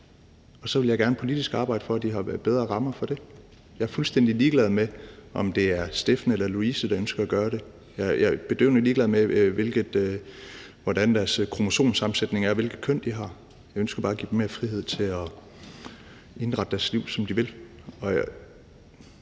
Så vil jeg gerne politisk arbejde for, at de har bedre rammer for det. Jeg er fuldstændig ligeglad med, om det Steffen eller Louise, der ønsker at gøre det. Jeg er bedøvende ligeglad med, hvordan deres kromosomsammensætning er, og hvilket køn de har. Jeg ønsker bare at give dem mere frihed til at indrette deres liv, som de vil.